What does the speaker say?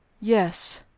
yes